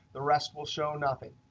the rest will show nothing.